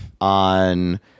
on